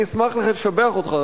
אני אשמח לשבח אותך,